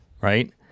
right